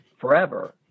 forever